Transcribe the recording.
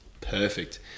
Perfect